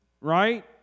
Right